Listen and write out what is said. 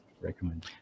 Recommend